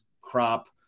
crop